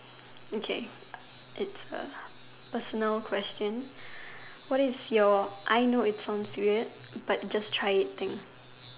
okay it's a personal question what is your I know it sounds weird but just try it thing